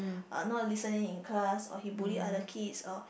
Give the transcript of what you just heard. uh not listening in class or he bully others kids or